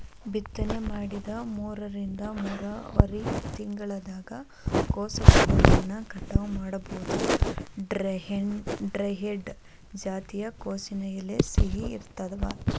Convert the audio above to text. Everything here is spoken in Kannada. ಬಿತ್ತನೆ ಮಾಡಿದ ಮೂರರಿಂದ ಮೂರುವರರಿ ತಿಂಗಳದಾಗ ಕೋಸುಗೆಡ್ಡೆಗಳನ್ನ ಕಟಾವ ಮಾಡಬೋದು, ಡ್ರಂಹೆಡ್ ಜಾತಿಯ ಕೋಸಿನ ಎಲೆ ಸಿಹಿ ಇರ್ತಾವ